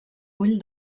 ull